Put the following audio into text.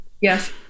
Yes